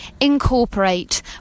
incorporate